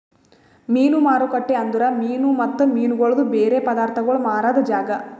ಮೀನು ಮಾರುಕಟ್ಟೆ ಅಂದುರ್ ಮೀನು ಮತ್ತ ಮೀನಗೊಳ್ದು ಬೇರೆ ಪದಾರ್ಥಗೋಳ್ ಮಾರಾದ್ ಜಾಗ